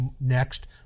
next